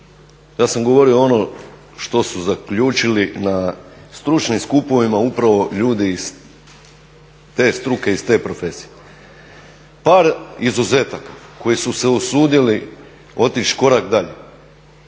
ja sam govorio ono što su zaključili na stručnim skupovima upravo ljudi iz te struke, iz te profesije. Par izuzetaka koji su se osudili otići korak dalje